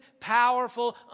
powerful